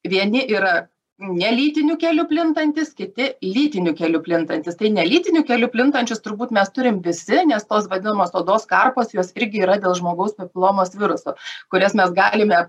vieni yra nelytiniu keliu plintantys kiti lytiniu keliu plintantys tai ne lytiniu keliu plintančius turbūt mes turim visi nes tos vadinamos odos karpos jos irgi yra dėl žmogaus papilomos viruso kurias mes galime